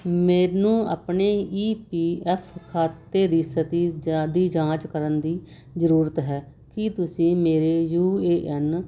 ਮੈਨੂੰ ਆਪਣੇ E P F ਖਾਤੇ ਦੀ ਸਥਿਤੀ ਜਾ ਦੀ ਜਾਂਚ ਕਰਨ ਦੀ ਜ਼ਰੂਰਤ ਹੈ ਕੀ ਤੁਸੀਂ ਮੇਰੇ ਯੂ ਏ ਐਨ